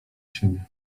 siebie